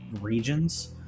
regions